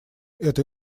эта